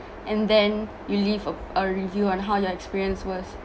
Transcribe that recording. and then you leave a review on how your experience was